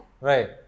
right